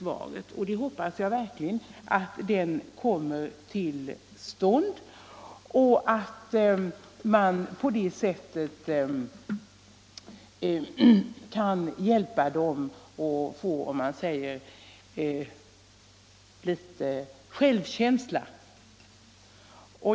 Jag hoppas verkligen att denna stödundervisning kommer till stånd och att man på det sättet kan hjälpa eleverna att få låt mig säga litet bättre självkänsla.